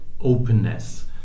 openness